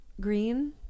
green